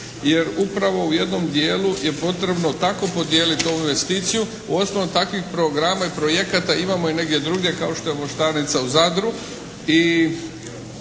jer upravo u jednom dijelu je potrebno tako podijeliti ovu investiciju. Uostalom takvih programa i projekata imamo i negdje drugdje kao što je Voštanica u Zadru